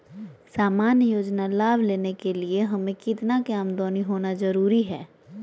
सामान्य योजना लाभ लेने के लिए हमें कितना के आमदनी होना जरूरी है?